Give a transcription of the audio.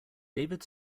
david